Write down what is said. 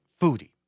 foodie